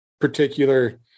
particular